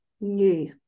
new